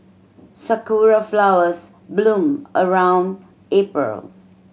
sakura flowers bloom around April